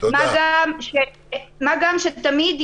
על הנושא הזה